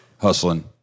hustling